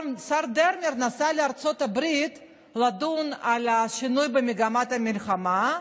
השר דרמר נסע לארצות הברית לדון על השינוי במגמת המלחמה,